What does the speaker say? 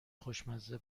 خوشمزه